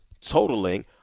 totaling